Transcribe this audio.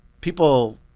people